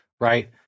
right